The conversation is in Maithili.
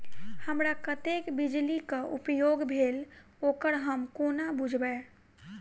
हमरा कत्तेक बिजली कऽ उपयोग भेल ओकर हम कोना बुझबै?